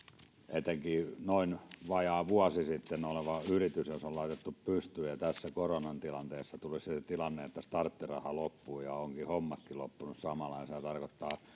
etenkin jos noin vajaa vuosi sitten yritys on laitettu pystyyn ja tässä koronan tilanteessa tulisi se tilanne että starttiraha loppuu ja ovatkin hommatkin loppuneet samalla niin sehän tarkoittaa